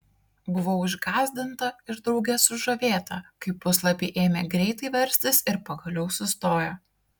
buvau išgąsdinta ir drauge sužavėta kai puslapiai ėmė greitai verstis ir pagaliau sustojo